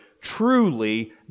truly